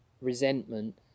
resentment